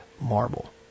marble